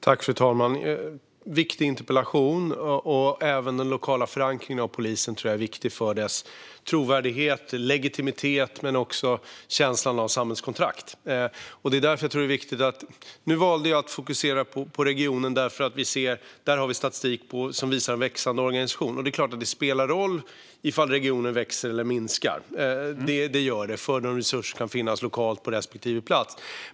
Fru talman! Det här är en viktig interpellation. Polisens lokala förankring är viktig för trovärdigheten, legitimiteten och känslan av samhällskontrakt. Jag valde att fokusera på regionnivå eftersom vi där har statistik som visar på en växande organisation. Det spelar såklart roll om regioner växer eller krymper för de resurser som kan finnas lokalt på respektive plats.